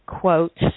quote